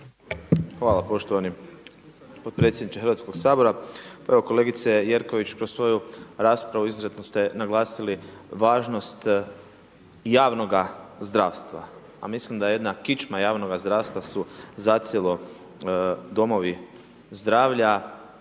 Hvala poštovani potpredsjedniče Hrvatskog sabora. Evo kolegice Jerković, kroz svoju raspravu izuzetno ste naglasili važnost javnog zdravstva pa mislim da je jedna kičma javnoga zdravstva su zacijelo domovi zdravlja.